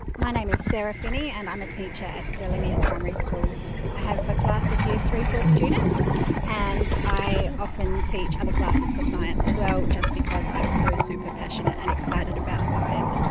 my name is sarah finney and i'm a teacher at stirling east primary school. i have a class of years three and four students and i often teach other classes for science as well, just because i'm so super passionate and excited about science.